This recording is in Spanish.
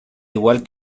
igual